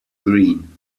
green